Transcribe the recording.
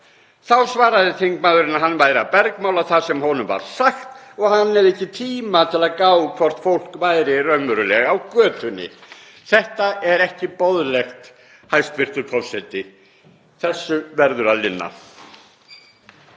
svaraði þingmaðurinn að hann væri að bergmála það sem honum var sagt og að hann hefði ekki tíma til að gá hvort fólk væri raunverulega á götunni. Þetta er ekki boðlegt, hæstv. forseti. Þessu verður að linna.